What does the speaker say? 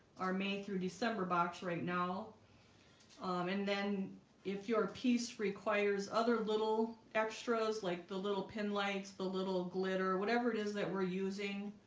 our may through december box right now um and then if your piece requires other little extras like the little pin lights the little glitter whatever it is that we're using